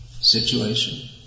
situation